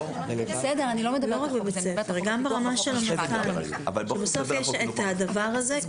גברתי היושבת-ראש, מה